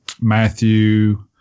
matthew